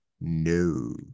no